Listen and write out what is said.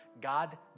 God